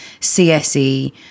CSE